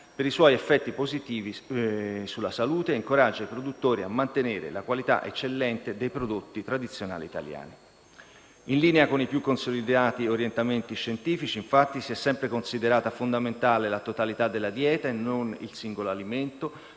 per i suoi effetti positivi sulla salute, e incoraggia produttori a mantenere la qualità eccellente dei prodotti tradizionali italiani. In linea con i più consolidati orientamenti scientifici, infatti, si è sempre considerata fondamentale la totalità della dieta e non il singolo alimento,